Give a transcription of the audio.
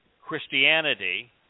Christianity